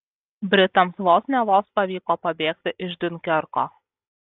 britams vos ne vos pavyko pabėgti iš diunkerko